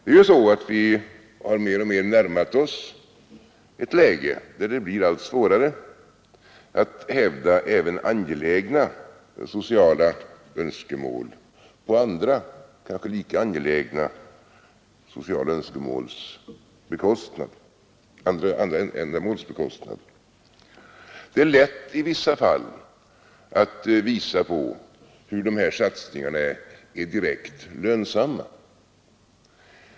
Vi har ju mer och mer närmat oss ett läge där det blir allt svårare att hävda även angelägna sociala önskemål på andra, kanske lika angelägna önskemåls bekostnad. I vissa fall är det lätt att visa hur de här satsningarna är direkt lönsamma.